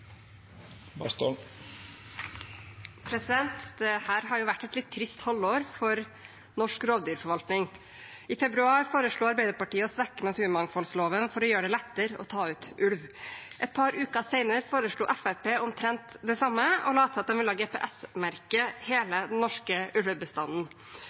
februar foreslo Arbeiderpartiet å svekke naturmangfoldloven for å gjøre det lettere å ta ut ulv. Et par uker senere foreslo Fremskrittspartiet omtrent det samme og la til at de ville